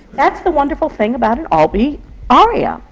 that's the wonderful thing about an albee aria.